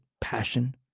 passion